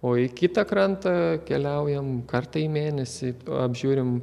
o į kitą krantą keliaujam kartą į mėnesį apžiūrim